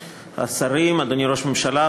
אדוני ראש הממשלה,